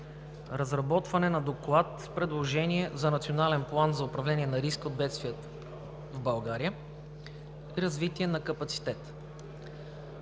разработване на доклад с предложение за Национален план за управление на риска от бедствия в България; - развитие на капацитет.